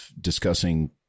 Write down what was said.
discussing